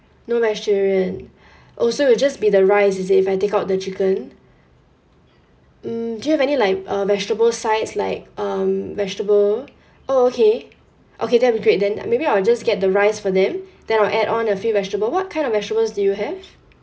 no vegetarian oh so will just be the rice is it if I take out the chicken mm do you have any like uh vegetable sides like um vegetable oh okay okay that will great then maybe I'll just get the rice for them then I'll add on a few vegetable what kind of vegetables do you have